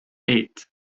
eight